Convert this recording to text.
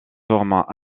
formats